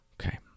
Okay